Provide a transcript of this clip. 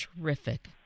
Terrific